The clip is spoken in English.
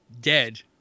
dead